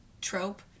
trope